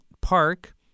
Park